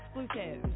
exclusive